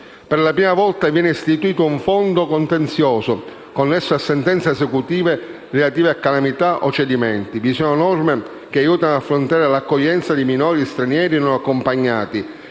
Per la prima volta viene istituito un fondo per contenziosi connessi a sentenze esecutive relative a calamità o cedimenti. Vi sono norme che aiutano ad affrontare l'accoglienza dei minori stranieri non accompagnati,